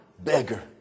beggar